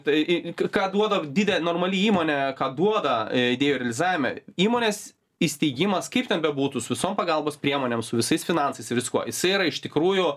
tai ką duoda didelė normali įmonė ką duoda idėjų realizavime įmonės įsteigimas kaip ten bebūtų su visom pagalbos priemonėm su visais finansais su viskuo jisai yra iš tikrųjų